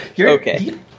Okay